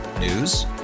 News